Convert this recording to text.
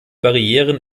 barrieren